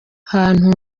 hantu